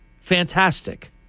Fantastic